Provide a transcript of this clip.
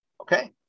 Okay